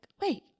wait